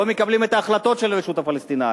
לא מקבלים את ההחלטות של הרשות הפלסטינית.